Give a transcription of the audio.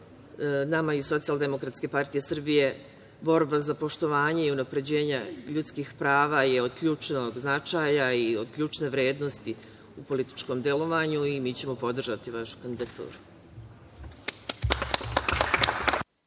manje posla. Nama iz SDPS borba za poštovanje i unapređenje ljudskih prava je od ključnog značaja i od ključne vrednosti u političkom delovanju i mi ćemo podržati vašu kandidaturu.